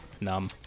Numb